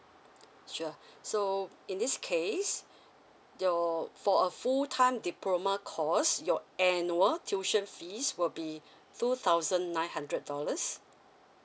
sure so in this case your for a full time diploma course your annual tuition fees will be two thousand nine hundred dollars